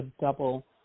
double